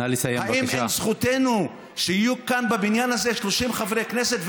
האם אין זכותנו שיהיו כאן בבניין הזה 30 חברי כנסת,